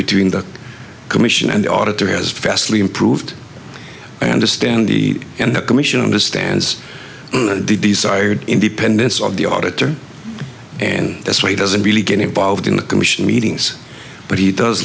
between the commission and the auditor has vastly improved i understand the and the commission understands the desired independence of the auditor and this way doesn't really get involved in the commission meetings but he does